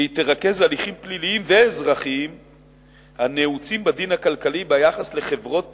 והיא תרכז הליכים פליליים ואזרחיים הנעוצים בדין הכלכלי ביחס לחברות